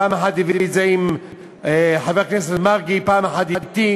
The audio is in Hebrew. פעם אחת הביא את זה עם חבר כנסת מרגי ופעם אחת אתי.